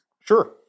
sure